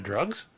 Drugs